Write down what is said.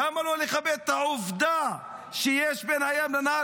למה לא לכבד את העובדה שיש בין הים לנהר